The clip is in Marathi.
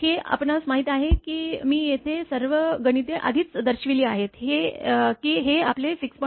हे आपणास माहित आहे की मी येथे सर्व गणिते आधीच दर्शविली आहेत की हे आपले 6